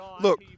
Look